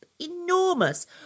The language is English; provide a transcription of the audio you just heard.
enormous